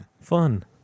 Fun